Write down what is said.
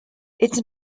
its